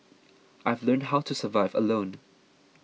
I've learnt how to survive alone